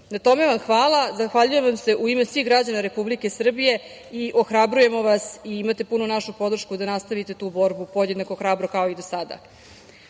Na tome vam hvala. Zahvaljujem vam se u ime svih građana Republike Srbije i ohrabrujemo vas i imate punu našu podršku da nastavite tu borbu podjednako hrabro kao i do